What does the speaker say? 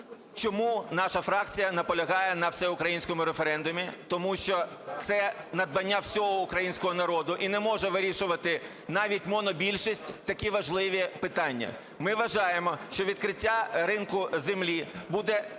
чому наша фракція наполягає на всеукраїнському референдумі. Тому що це надбання всього українського народу, і не може вирішувати, навіть монобільшість, такі важливі питання. Ми вважаємо, що відкриття ринку землі в такому